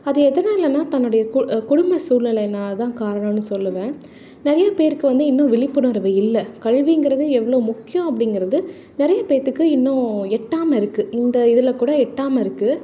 அது எதனாலேனா தன்னுடைய கு குடும்ப சூழ்நிலையினால் தான் காரணம்னு சொல்லுவேன் நிறைய பேருக்கு வந்து இன்னும் விழிப்புணர்வு இல்லை கல்விங்கிறது எவ்வளோ முக்கியம் அப்படிங்கிறது நிறைய பேர்த்துக்கு இன்னும் எட்டாமல் இருக்குது இந்த இதில் கூட எட்டாமல் இருக்குது